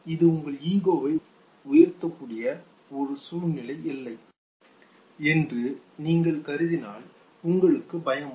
இது உங்கள் ஈகோவை உயர்த்தக்கூடிய ஒரு சூழ்நிலை இல்லை என்று நீங்கள் கருதினால் உங்களுக்கு பயம் வரும்